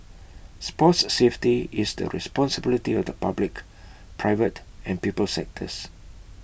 sports safety is the responsibility of the public private and people sectors